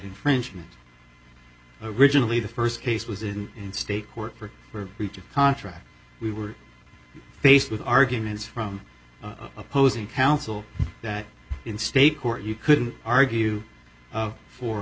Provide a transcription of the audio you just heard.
infringement originally the first case was in state court for breach of contract we were faced with arguments from the opposing counsel that in state court you couldn't argue